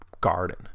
garden